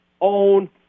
own